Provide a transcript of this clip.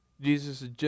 Jesus